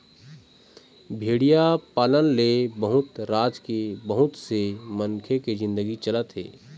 भेड़िया पालन ले बहुत राज के बहुत से मनखे के जिनगी चलत हे